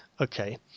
Okay